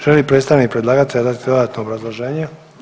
Želi li predstavnik predlagatelja dati dodatno obrazloženje?